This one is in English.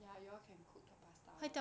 ya you all can cook the pasta